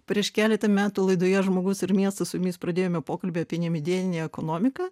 prieš keletą metų laidoje žmogus ir miestas su jumis pradėjome pokalbį apie nemedieninę ekonomiką